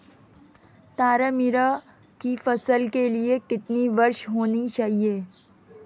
तारामीरा की फसल के लिए कितनी वर्षा होनी चाहिए?